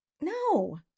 No